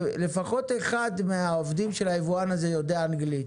שלפחות אחד מהעובדים של היבואן הזה יודע אנגלית,